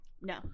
No